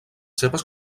seves